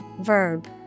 verb